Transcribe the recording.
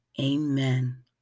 Amen